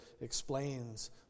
explains